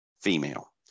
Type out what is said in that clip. female